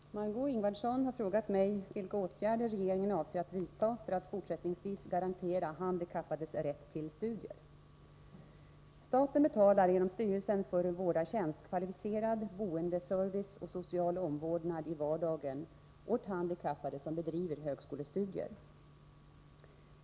Herr talman! Staten betalar genom styrelsen för vårdartjänst kvalificerad boendeservice och social omvårdnad i vardagen åt handikappade som bedriver högskolestudier.